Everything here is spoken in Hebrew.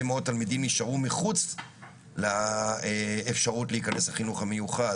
מאוד תלמידים נשארו מחוץ לאפשרות להיכנס לחינוך המיוחד,